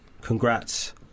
Congrats